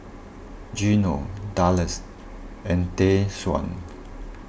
Geno Dallas and Tayshaun